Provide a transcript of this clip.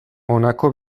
honako